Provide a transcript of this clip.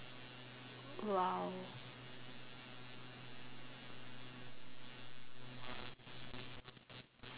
!wow!